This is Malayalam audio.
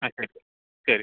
ആ ശരി ശരി